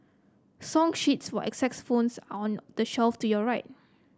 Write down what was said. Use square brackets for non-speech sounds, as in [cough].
song sheets for [unintelligible] are on the shelf to your right